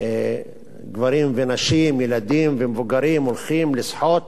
גברים ונשים, ילדים ומבוגרים, הולכים לשחות